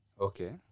Okay